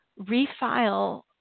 refile